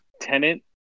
tenant